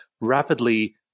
rapidly